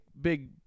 big